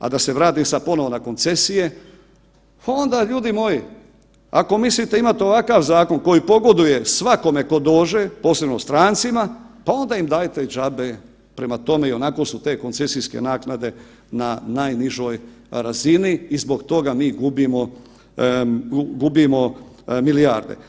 A da se vratim sad ponovo na koncesije, pa onda ljudi moji ako mislite imat ovakav zakon koji pogoduje svakome ko dođe, posebno strancima, pa onda im dajte i džabe, prema tome ionako su te koncesijske naknade na najnižoj razini i zbog toga mi gubimo, gubimo milijarde.